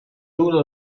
rule